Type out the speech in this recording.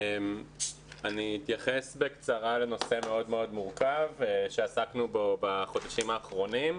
אני אתייחס בקצרה לנושא מאוד מאוד מורכב שעסקנו בו בחודשים האחרונים.